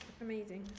amazing